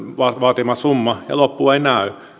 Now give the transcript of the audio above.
vaatima summa ja loppua ei näy